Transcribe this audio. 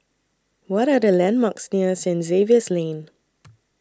What Are The landmarks near St Xavier's Lane